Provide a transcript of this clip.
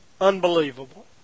unbelievable